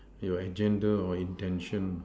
your agenda or intention